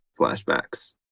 flashbacks